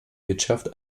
wirtschaft